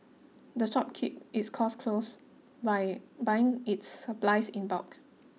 the shop keep its costs close by buying its supplies in bulk